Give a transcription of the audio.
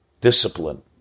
discipline